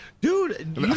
dude